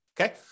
okay